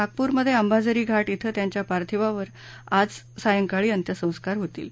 नागपूरमध्ये अंबाझरी घाट इथं त्यांच्या पार्थिव देहावर आज सायंकाळी अंत्यसंस्कार होणार आहेत